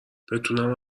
بتونم